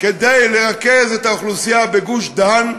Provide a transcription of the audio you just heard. כדי לרכז את האוכלוסייה בגוש-דן,